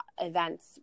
events